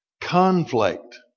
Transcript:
Conflict